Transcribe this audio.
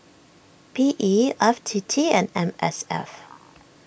P E F T T and M S F